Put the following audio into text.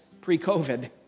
pre-COVID